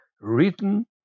written